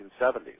1970s